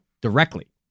directly